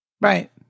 Right